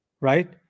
right